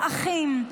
אחים,